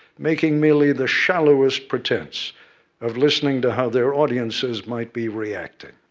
making merely the shallowest pretense of listening to how their audiences might be reacting.